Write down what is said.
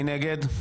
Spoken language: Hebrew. מי נגד?